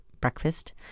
breakfast